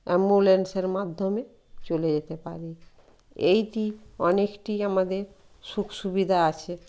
অ্যাম্বুলেন্সের মাধ্যমে চলে যেতে পারি এইটি অনেকটি আমাদের সুখ সুবিধা আছে